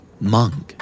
Monk